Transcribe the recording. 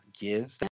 gives